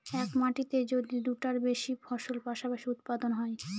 এক মাটিতে যদি দুইটার বেশি ফসল পাশাপাশি উৎপাদন হয়